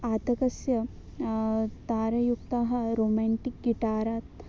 आतपस्य तारायुक्ताः रोमेंटिक् किटारात्